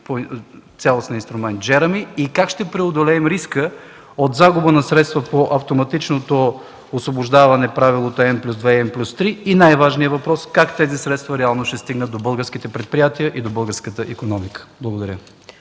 по цялостния инструмент „Джереми“ и как ще преодолеем риска от загуба на средства по автоматичното освобождаване – правилото „n + 2 и n + 3“, и най-важният въпрос е как тези средства реално ще стигнат до българските предприятия и до българската икономика? Благодаря.